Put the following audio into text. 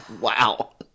Wow